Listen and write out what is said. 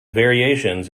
variations